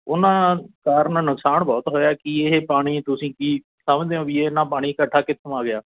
ਉਹਨਾਂ ਕਾਰਨ ਨੁਕਸਾਨ ਬਹੁਤ ਹੋਇਆ ਕੀ ਇਹ ਪਾਣੀ ਤੁਸੀਂ ਕੀ ਸਮਝਦੇ ਹੋ ਵੀ ਇੰਨਾ ਪਾਣੀ ਇਕੱਠਾ ਕਿੱਥੋਂ ਆ ਗਿਆ